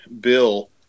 Bill